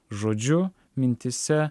žodžiu mintyse